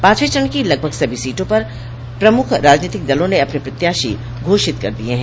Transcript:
पांचवें चरण की लगभग सभी सीटों पर प्रमुख राजनीतिक दलों ने अपने प्रत्याशी घोषित कर दिये हैं